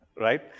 right